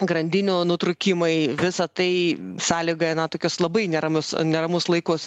grandinių nutrūkimai visa tai sąlygoja na tokius labai neramius neramus laikus